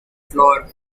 flour